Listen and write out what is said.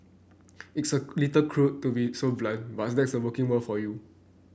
it's a little cruel to be so blunt but that's the working world for you